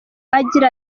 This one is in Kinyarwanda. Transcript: agira